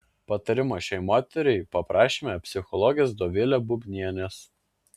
patarimo šiai moteriai paprašėme psichologės dovilė bubnienės